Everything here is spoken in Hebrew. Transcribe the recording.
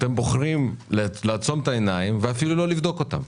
אתם בוחרים לעצום את העיניים ואפילו לא לבדוק אותם?